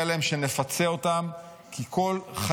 מגיע להם שנפצה אותם,